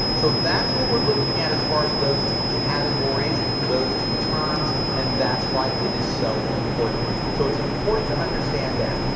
so that's what we're looking at as far as those two categories, those two terms. and that's why it is so important. so it's important to understand that.